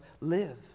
live